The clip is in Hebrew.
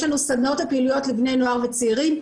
יש לנו סדנאות ופעילויות לבני נוער וצעירים.